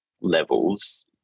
levels